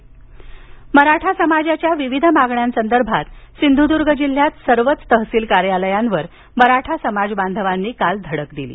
मराठा आरक्षण मराठा समाजाच्या विविध मागण्यांसंदर्भात सिंधुदुर्ग जिल्ह्यात सर्वच तहसील कार्यालयावर मराठा समाज बांधवांनी काल धडक दिली